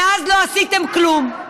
מאז לא עשיתם כלום.